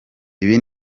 ibi